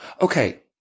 Okay